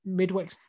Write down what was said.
Midweek